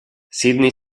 sydney